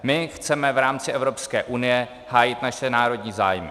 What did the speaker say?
My chceme v rámci Evropské unie hájit naše národní zájmy.